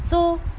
so